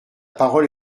parole